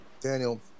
Daniel